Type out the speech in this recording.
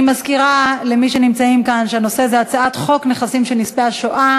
אני מזכירה למי שנמצאים כאן שהנושא הוא הצעת חוק נכסים של נספי השואה,